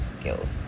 skills